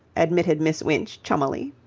admitted miss winch, chummily.